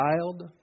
child